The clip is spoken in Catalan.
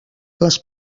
les